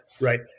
right